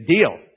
deal